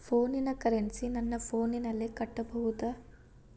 ಫೋನಿನ ಕರೆನ್ಸಿ ನನ್ನ ಫೋನಿನಲ್ಲೇ ಕಟ್ಟಬಹುದು?